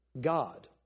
God